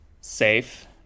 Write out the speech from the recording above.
safe